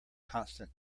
constant